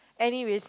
anyways